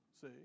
see